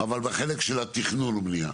אבל בחלק של התכנון ובנייה.